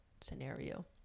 scenario